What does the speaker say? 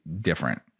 different